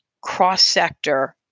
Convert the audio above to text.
cross-sector